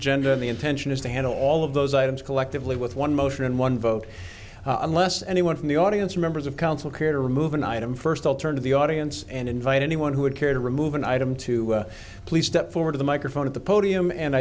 gender in the intention is to handle all of those items collectively with one motion and one vote unless anyone from the audience members of council care to remove an item first i'll turn to the audience and invite anyone who would care to remove an item to please step forward to the microphone at the podium and